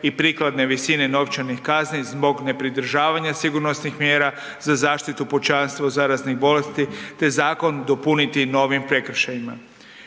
i prikladne visine novčanih kazni zbog nepridržavanja sigurnosnih mjera za zaštitu pučanstva od zaraznih bolesti te zakon dopuniti novim prekršajima.